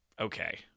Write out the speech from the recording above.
okay